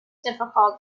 difficult